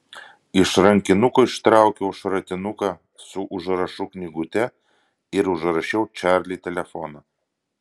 iš rankinuko ištraukiau šratinuką su užrašų knygute ir užrašiau čarli telefoną